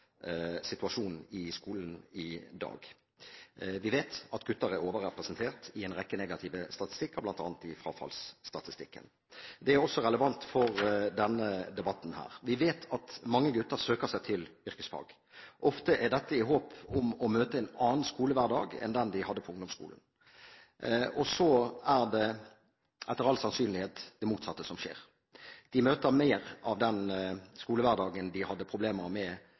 i skolen i dag. Vi vet at gutter er overrepresentert i en rekke negative statistikker, bl.a. i frafallsstatistikken. Det er også relevant for denne debatten. Vi vet at mange gutter søker seg til yrkesfag. Ofte er dette i håp om å møte en annen skolehverdag enn den de hadde på ungdomsskolen. Så er det etter all sannsynlighet det motsatte som skjer. De møter mer av den skolehverdagen de hadde problemer med